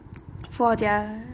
for their